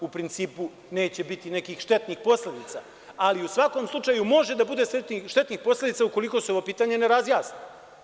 U princip, neće biti nekih štetnih posledica, ali u svakom slučaju može da bude štetnih posledica ukoliko se ovo pitanje ne razjasni.